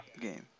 Game